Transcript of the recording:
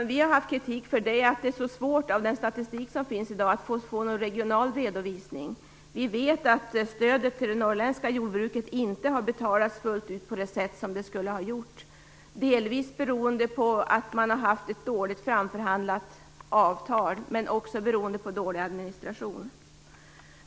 Vi har riktat kritik mot att det är så svårt att med den statistik som finns i dag att få en regional redovisning. Vi vet att stödet till det norrländska jordbruket inte har betalats fullt ut på det sätt som det skulle ha gjorts. Det beror delvis på att det framförhandlade avtalet varit dåligt men också på dålig administration.